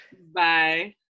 Bye